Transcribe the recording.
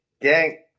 Gang